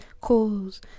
calls